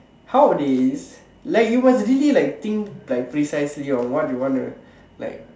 how this like you must really like think like precisely of what you want to like